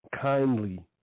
kindly